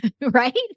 Right